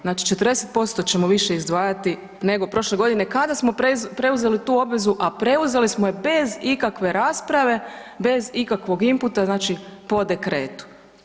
Znači 40% ćemo više izdvajati nego prošle godine kada smo preuzeli tu obvezu, a preuzeli smo je bez ikakve rasprave, bez ikakvog inputa, znači po dekretu.